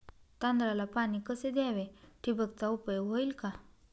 तांदळाला पाणी कसे द्यावे? ठिबकचा उपयोग होईल का?